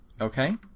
Okay